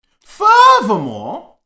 Furthermore